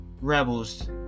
Rebels